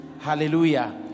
Hallelujah